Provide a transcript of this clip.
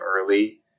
early